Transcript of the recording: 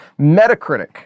Metacritic